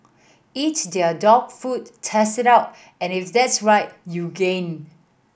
eat their dog food test it out and if that's right you gain